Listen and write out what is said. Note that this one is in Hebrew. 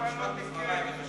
מה שמגיע מגיע.